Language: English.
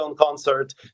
concert